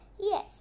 Yes